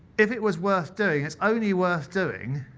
if it was worth doing, it's only worth doing